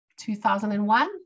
2001